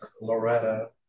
Loretta